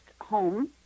home